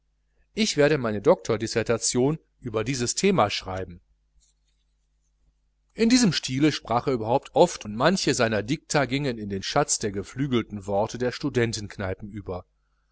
ich werde meine doktordissertation über dieses thema schreiben in diesem stile sprach er überhaupt oft und manche seiner dikta gingen in den schatz der geflügelten worte der studentenkneipen über